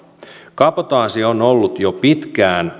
kabotaasi on ollut jo pitkään